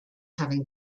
having